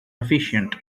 efficient